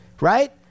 Right